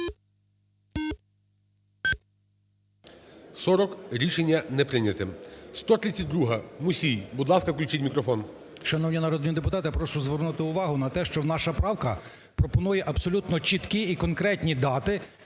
40. Рішення не прийняте. 132-а. Мусій. Будь ласка, включіть мікрофон. 11:38:48 МУСІЙ О.С. Шановні народні депутати, я прошу звернути увагу на те, що наша правка пропонує абсолютно чіткі і конкретні дати